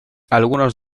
algunos